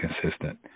consistent